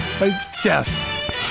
Yes